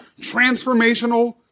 Transformational